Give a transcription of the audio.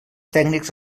tècnics